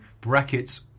Brackets